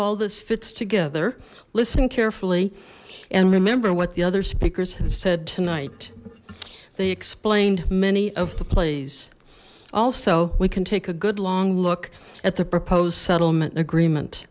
this fits together listen carefully and remember what the other speakers have said tonight they explained many of the plays also we can take a good long look at the proposed settlement agreement